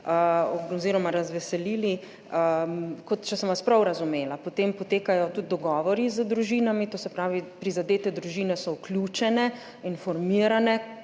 oziroma razveselili. Če sem vas prav razumela, potem potekajo tudi dogovori z družinami, to se pravi, prizadete družine so vključene, informirane,